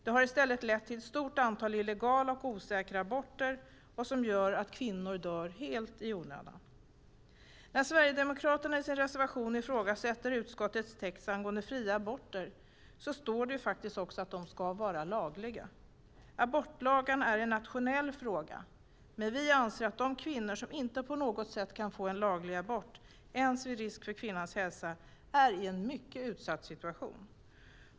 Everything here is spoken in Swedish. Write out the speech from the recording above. Det har i stället lett till ett stort antal illegala och osäkra aborter, vilket gör att kvinnor dör helt i onödan. När Sverigedemokraterna i sin reservation ifrågasätter utskottets text angående fria aborter står det faktiskt också att de ska vara lagliga. Abortlagarna är en nationell fråga, men vi anser att de kvinnor som inte på något sätt kan få en laglig abort ens vid risk för sin hälsa är i en mycket utsatt situation.